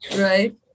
Right